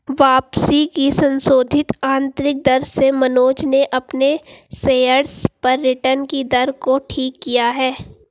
वापसी की संशोधित आंतरिक दर से मनोज ने अपने शेयर्स पर रिटर्न कि दर को ठीक किया है